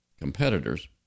competitors